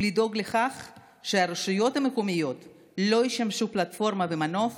ולדאוג לכך שהרשויות המקומיות לא ישמשו פלטפורמה ומנוף